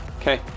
Okay